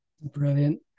Brilliant